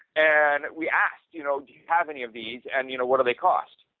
and we asked, you know do you have any of these and, you know, what do they cost?